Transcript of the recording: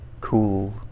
cool